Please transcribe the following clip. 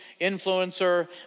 influencer